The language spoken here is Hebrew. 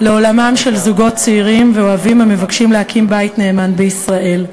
לעולמם של זוגות צעירים ואוהבים המבקשים להקים בית נאמן בישראל.